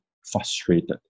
frustrated